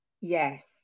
Yes